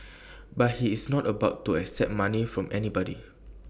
but he is not about to accept money from anybody